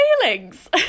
feelings